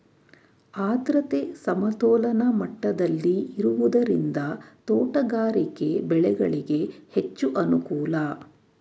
ಆದ್ರತೆ ಸಮತೋಲನ ಮಟ್ಟದಲ್ಲಿ ಇರುವುದರಿಂದ ತೋಟಗಾರಿಕೆ ಬೆಳೆಗಳಿಗೆ ಹೆಚ್ಚು ಅನುಕೂಲ